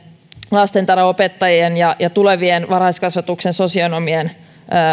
lastentarhanopettajien ja ja tulevien varhaiskasvatuksen sosionomien